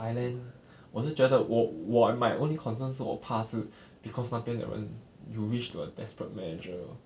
thailand 我是觉得我我 I my only concern 是我怕是 because 那边的人 you reach to a desperate measure